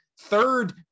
third